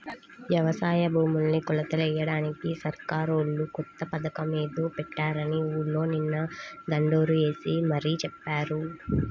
యవసాయ భూముల్ని కొలతలెయ్యడానికి సర్కారోళ్ళు కొత్త పథకమేదో పెట్టారని ఊర్లో నిన్న దండోరా యేసి మరీ చెప్పారు